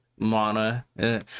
Mana